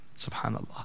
Subhanallah